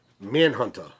Manhunter